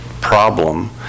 problem